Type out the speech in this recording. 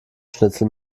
schnitzel